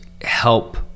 help